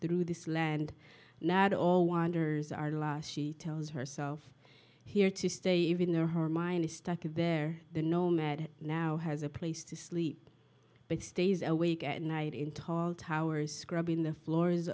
through this land not all wanders are lost she tells herself here to stay even though her mind is stuck a bear the nomad now has a place to sleep but stays awake at night in tall towers scrubbing the floors